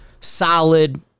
solid